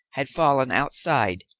had fallen outside,